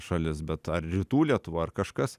šalis bet ar rytų lietuva ar kažkas